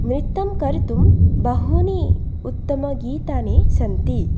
नृत्यं कर्तुं बहूनि उत्तमगीतानि सन्ति